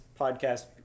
podcast